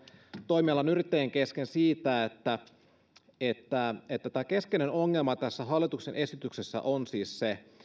toimialan yrittäjien kesken siitä että että keskeinen ongelma tässä hallituksen esityksessä on siis se